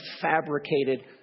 fabricated